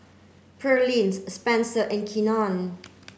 Spencer and Keenan